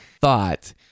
thought